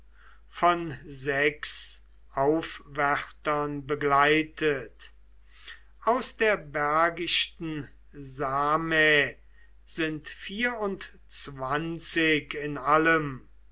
von sechs aufwärtern begleitet aus der bergichten same sind vierundzwanzig in allem